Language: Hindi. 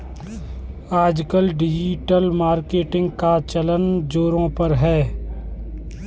आजकल डिजिटल मार्केटिंग का चलन ज़ोरों पर है